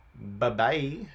Bye-bye